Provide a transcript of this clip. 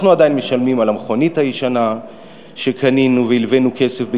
אנחנו עדיין משלמים על המכונית הישנה שקנינו ולווינו כסף בגינה,